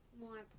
more